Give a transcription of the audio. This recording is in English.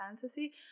fantasy